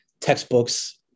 textbooks